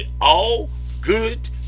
all-good